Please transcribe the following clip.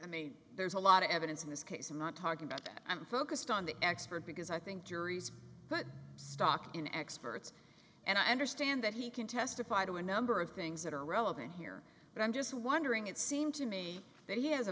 i mean there's a lot of evidence in this case i'm not talking about that i'm focused on the expert because i think juries but stock in experts and i understand that he can testify to a number of things that are relevant here but i'm just wondering it seem to me that he has a